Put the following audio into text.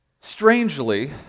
strangely